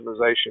optimization